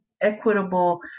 equitable